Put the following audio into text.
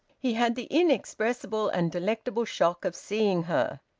he had the inexpressible and delectable shock of seeing her.